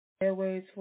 airways